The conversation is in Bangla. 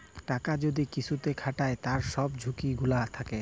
টাকা যদি কিসুতে খাটায় তার সব ঝুকি গুলা থাক্যে